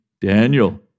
Daniel